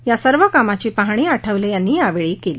या सर्व कामाची पाहणी आठवले यांनी यावेळी केली